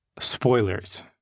Spoilers